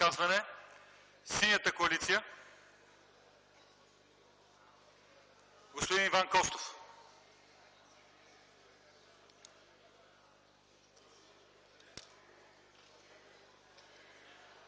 Синята коалиция – господин Иван Костов.